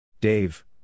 Dave